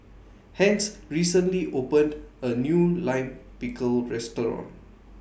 Hence recently opened A New Lime Pickle Restaurant